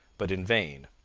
but in vain.